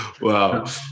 Wow